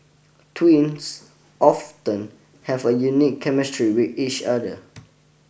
twins often have a unique chemistry wit each other